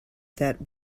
that